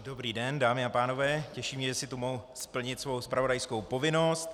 Dobrý den, dámy a pánové, těší mě, že si tu mohu splnit svou zpravodajskou povinnost.